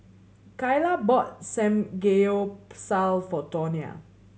Kaila bought Samgeyopsal for Tonia